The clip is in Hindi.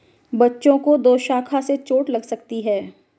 बच्चों को दोशाखा से चोट लग सकती है